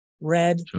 red